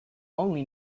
only